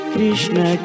Krishna